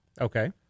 Okay